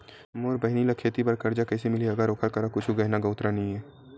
मोर बहिनी ला खेती बार कर्जा कइसे मिलहि, अगर ओकर करा कुछु गहना गउतरा नइ हे?